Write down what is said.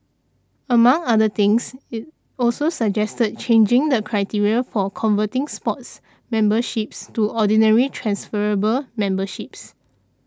among other things it also suggested changing the criteria for converting Sports memberships to Ordinary transferable memberships